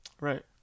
Right